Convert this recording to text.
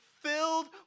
filled